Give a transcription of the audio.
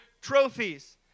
trophies